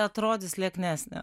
atrodys lieknesnė